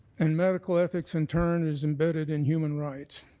and medical ethics in turn is embedded in human rights.